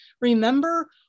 remember